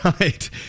right